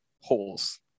holes